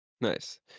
Nice